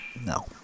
No